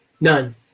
None